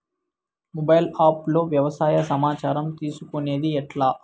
Mobile app లో వ్యవసాయ సమాచారం తీసుకొనేది ఎట్లా?